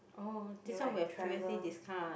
oh this one we have previously discussed